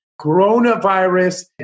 coronavirus